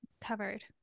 Covered